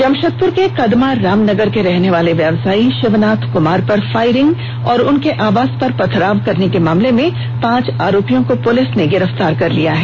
जमशेदपुर के कदमा रामनगर के रहने वाले व्यवसायी शिवनाथ कुमार पर फायरिंग और उनके आवास पर पथराव करने के मामले में पांच आरोपियों को पुलिस ने गिरफ्तार कर लिया है